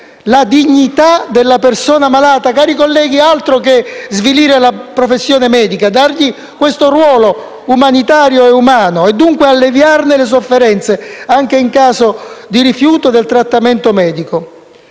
la dignità della persona malata - cari colleghi, altro che svilire la professione medica: qua si tratta di dargli un ruolo umanitario e umano - e dunque di alleviarne le sofferenze, anche in caso di rifiuto del trattamento medico;